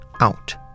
out